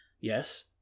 Yes